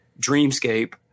dreamscape